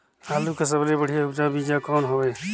आलू के सबले बढ़िया उपजाऊ बीजा कौन हवय?